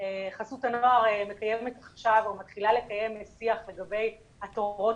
שחסות הנוער מקיימת עכשיו או מתחילה לקיים שיח לגבי התוכניות